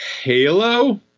Halo